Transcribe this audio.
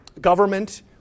government